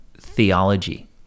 theology